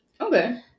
Okay